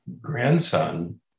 grandson